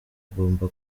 agomba